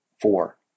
Four